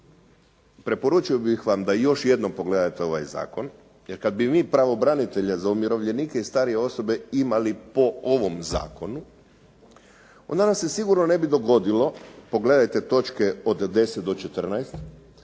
preporučio bih vam da još jednom pogledate ovaj zakon, jer kada bi mi pravobranitelja za umirovljenike i starije osobe imali po ovom zakonu onda nam se sigurno ne bi dogodilo, pogledajte točke od 10. do 14.,